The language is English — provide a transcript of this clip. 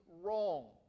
wrong